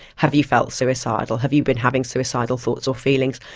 have you felt suicidal? have you been having suicidal thoughts or feelings?